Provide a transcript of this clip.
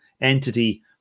entity